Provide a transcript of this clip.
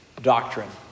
doctrine